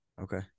Okay